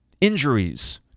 Injuries